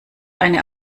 eine